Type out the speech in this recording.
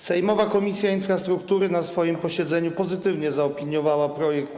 Sejmowa Komisja Infrastruktury na swoim posiedzeniu pozytywnie zaopiniowała projekt